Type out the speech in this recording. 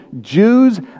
jews